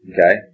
Okay